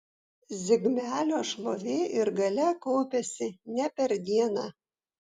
zigmelio šlovė ir galia kaupėsi ne per dieną